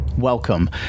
Welcome